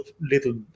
little